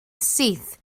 syth